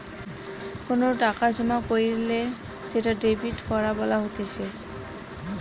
কোনো টাকা জমা কইরলে সেটা ডেবিট করা বলা হতিছে